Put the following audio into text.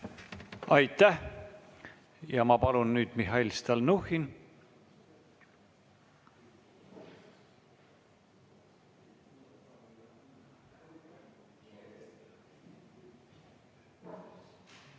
Aitäh! Ma palun nüüd, Mihhail Stalnuhhin!